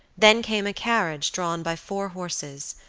then came a carriage drawn by four horses,